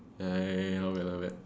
ya ya ya not bad not bad